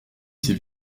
ces